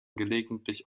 gelegentlich